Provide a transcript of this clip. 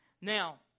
Now